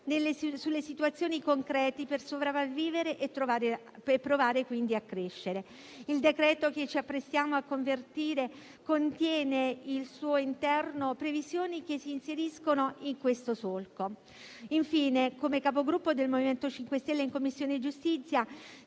sulle situazioni concrete per sopravvivere e provare quindi a crescere. Il decreto-legge che ci apprestiamo a convertire contiene al suo interno previsioni che si inseriscono in questo solco. Infine, come Capogruppo del MoVimento 5 Stelle, in Commissione giustizia,